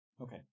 Okay